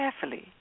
carefully